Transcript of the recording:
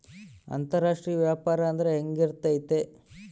ಅಂತರಾಷ್ಟ್ರೇಯ ವ್ಯಾಪಾರ ಅಂದ್ರೆ ಹೆಂಗಿರ್ತೈತಿ?